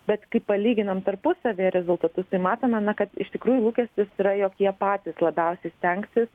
bet kai palyginam tarpusavyje rezultatus tai matome kad iš tikrųjų lūkestis yra jog jie patys labiausia stengsis